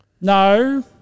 No